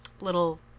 little